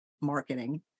marketing